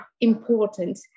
important